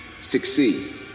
succeed